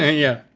ah yeah.